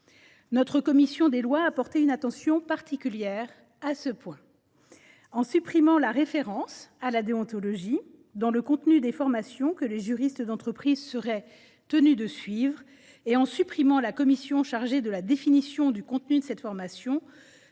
La commission des lois a porté une attention particulière à ce point, en supprimant la référence à la déontologie dans le contenu des formations que les juristes d’entreprise seraient tenus de suivre et en supprimant la création d’une commission chargée de définir le contenu de cette formation,